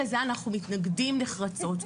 לזה אנחנו מתנגדים נחרצות.